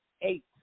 eight